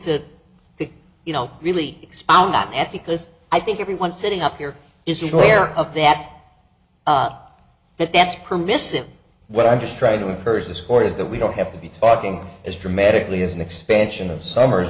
think you know really expound that because i think everyone sitting up here is where of the at that that's permissive what i'm just trying to encourage this court is that we don't have to be talking as dramatically as an expansion of summers